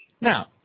Now